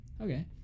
okay